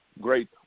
great